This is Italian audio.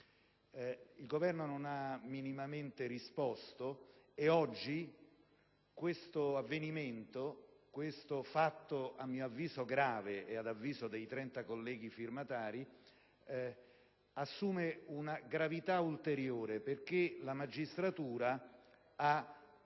Il Governo non ha minimamente risposto e oggi questo avvenimento, che rappresenta un fatto grave ad avviso mio e dei 30 colleghi firmatari, assume una gravità ulteriore perché la magistratura ha disposto